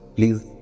Please